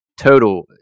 total